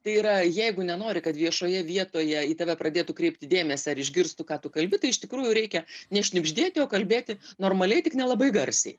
tai yra jeigu nenori kad viešoje vietoje į tave pradėtų kreipti dėmesį ar išgirstų ką tu kalbi tai iš tikrųjų reikia nešnibždėti o kalbėti normaliai tik nelabai garsiai